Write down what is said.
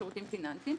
שירותים פיננסיים,